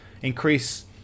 Increase